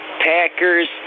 Packers